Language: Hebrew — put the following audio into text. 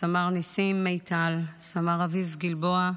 סמ"ר ניסים מיטל, סמ"ר אביב גלבוע,